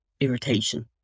irritation